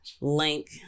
link